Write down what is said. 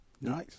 Nice